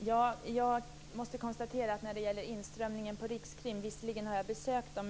Herr talman! Jag måste konstatera att när det gäller inströmningen på Rikskrim har